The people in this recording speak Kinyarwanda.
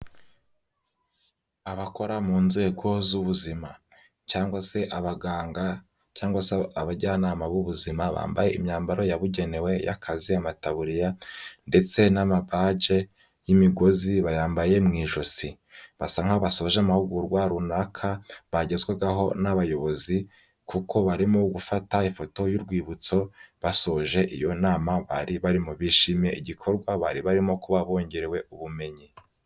Abakora mu nzego z'ubuzima, cyangwa se abaganga, cyangwa se abajyanama b'ubuzima, bambaye imyambaro yabugenewe y'akazi, amataburiya ndetse n'amabaje y'imigozi bayambaye mu ijosi. Basa nk'abasoje amahugurwa runaka bagezwagaho n'abayobozi, kuko barimo gufata ifoto y'urwibutso, basoje iyo nama bari barimo bishimiye igikorwa bari barimo, kuba bongerewe ubumenyi.